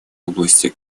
области